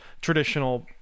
traditional